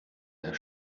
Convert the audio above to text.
der